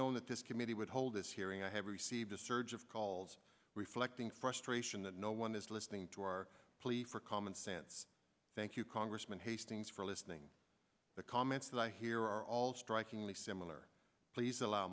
known that this committee would hold this hearing i have received a surge of calls reflecting frustration that no one is listening to our plea for common sense thank you congressman hastings for listening the comments that i hear are all strikingly similar please allow